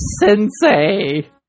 Sensei